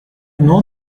know